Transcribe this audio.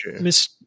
Miss